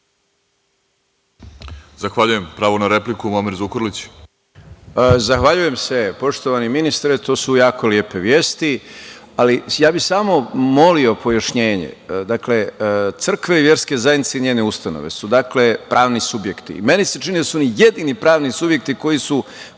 Zukorlić. Izvolite. **Muamer Zukorlić** Zahvaljujem se, poštovani ministre. To su jako lepe vesti, ali ja bih samo molio pojašnjenje. Dakle, crkve i verske zajednici i njene ustanove su pravni subjekti i meni se čini da su oni jedini pravni subjekti koji nisu